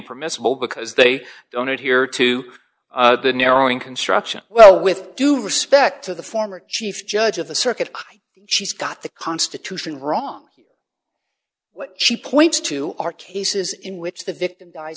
permissible because they don't adhere to the narrowing construction well with due respect to the former chief judge of the circuit she's got the constitution wrong she points to are cases in which the